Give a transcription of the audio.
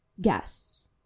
guess